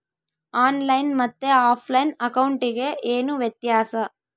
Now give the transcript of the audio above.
On line ಮತ್ತೆ offline ಅಕೌಂಟಿಗೆ ಏನು ವ್ಯತ್ಯಾಸ?